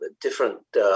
different